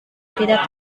tidak